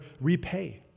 repay